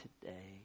today